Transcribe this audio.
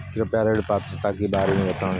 कृपया ऋण पात्रता के बारे में बताएँ?